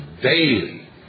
daily